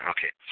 Okay